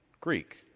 Greek